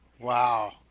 Wow